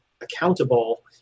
accountable